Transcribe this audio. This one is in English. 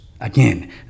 Again